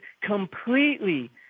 completely